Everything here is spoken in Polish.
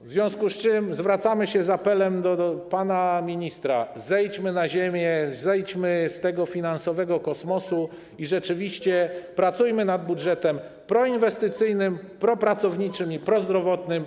W związku z tym zwracamy się z apelem do pana ministra: zejdźmy na ziemię, zejdźmy z tego finansowego kosmosu i rzeczywiście pracujmy nad budżetem proinwestycyjnym, propracowniczym i prozdrowotnym.